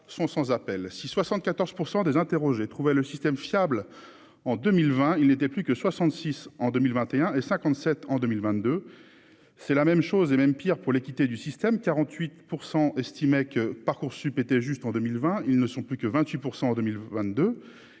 sont sans appel : si 74 % des interrogés trouver le système fiable en 2020 il n'étaient plus que 66 en 2021 et 57 en 2022, c'est la même chose et même pire pour l'équité du système 48 % estimaient que Parcoursup était juste en 2020, ils ne sont plus que 28 % en 2022,